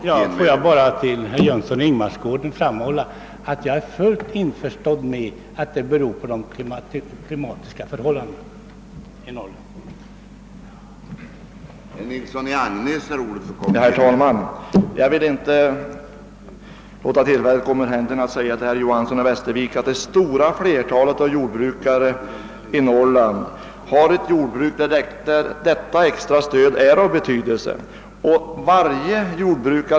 Herr talman! Får jag bara för herr Jönsson i Ingemarsgården framhålla, att jag är fullt införstådd med att det är de klimatiska förhållandena i Norrland som motiverar det differentierade tillägget.